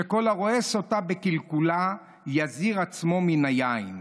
שכל הרואה סוטה בקלקולה יזהיר עצמו מן היין.